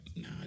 no